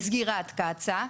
לסגירת קצא"א,